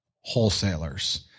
wholesalers